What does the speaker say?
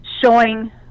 showing